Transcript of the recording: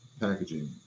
packaging